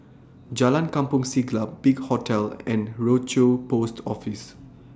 Jalan Kampong Siglap Big Hotel and Rochor Post Office